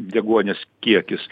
deguonies kiekis